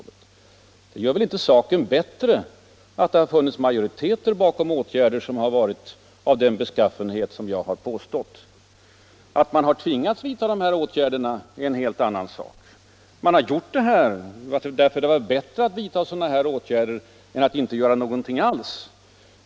Det gör väl inte saken bättre att det funnits majoriteter bakom åtgärder av den beskaffenhet som jag angivit. Att man har tvingats vidta åtgärder är en helt annan sak. Man har gjort detta därför att det varit bättre att göra något än att inte göra något alls.